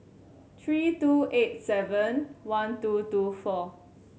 three two eight seven one two two four four